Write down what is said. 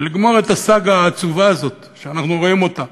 ולגמור את הסאגה העצובה הזאת שאנחנו רואים אותה